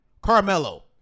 Carmelo